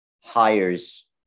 hires